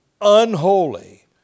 unholy